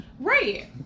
Right